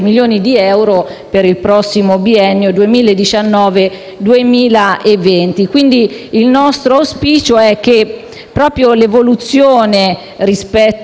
milioni di euro per il prossimo biennio 2019-2020. Pertanto, il nostro auspicio è che, proprio l'evoluzione rispetto